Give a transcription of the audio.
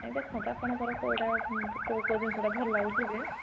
ଏଇ ଦେଖନ୍ତୁ ଆପଣଙ୍କର କୋଉଟା କୋଉ କୋଉ ଜିନଷଟା ଭଲ ଲାଗୁଛି ଯେ